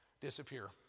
disappear